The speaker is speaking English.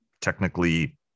technically